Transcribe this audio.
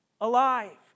alive